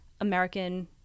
American